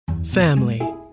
Family